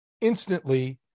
instantly